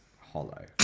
hollow